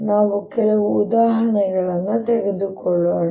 ನಾವು ಕೆಲವು ಉದಾಹರಣೆಗಳನ್ನು ತೆಗೆದುಕೊಳ್ಳೋಣ